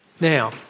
Now